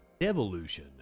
Devolution